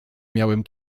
miałem